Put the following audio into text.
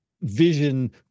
vision